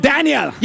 Daniel